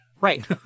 Right